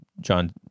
John